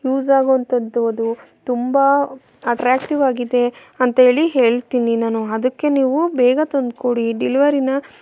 use ಆಗುವಂಥದ್ದು ಅದು ತುಂಬ ಅಟ್ರ್ಯಾಕ್ಟಿವ್ ಆಗಿದೆ ಅಂಥೇಳಿ ಹೇಳ್ತೀನಿ ನಾನು ಅದಕ್ಕೆ ನೀವು ಬೇಗ ತಂದ್ಕೊಡಿ ಡಿಲಿವರಿನ